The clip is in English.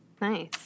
Nice